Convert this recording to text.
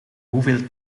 hoeveel